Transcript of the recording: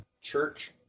Church